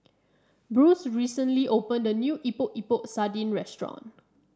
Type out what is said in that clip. Bruce recently opened a new Epok Epok Sardin restaurant